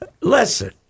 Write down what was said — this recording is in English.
Listen